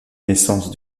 naissance